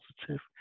positive